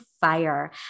fire